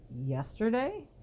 yesterday